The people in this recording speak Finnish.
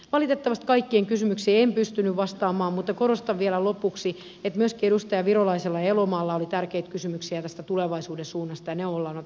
valitettavasti kaikkien kysymyksiin en pystynyt vastaamaan mutta korostan vielä lopuksi että myöskin edustaja virolaisella ja elomaalla oli tärkeitä kysymyksiä tästä tulevaisuuden suunnasta ja ne ollaan otettu vakavasti